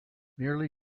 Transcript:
merely